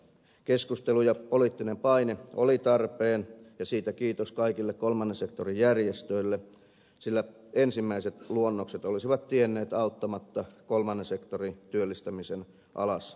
keskustelu ja poliittinen paine olivat tarpeen ja siitä kiitos kaikille kolmannen sektorin järjestöille sillä ensimmäiset luonnokset olisivat tienneet auttamatta kolmannen sektorin työllistämisen alasajoa